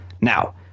now